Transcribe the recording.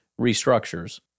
restructures